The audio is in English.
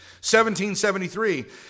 1773